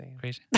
Crazy